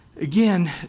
again